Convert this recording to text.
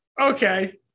Okay